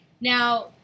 Now